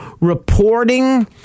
reporting